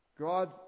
God